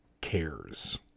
cares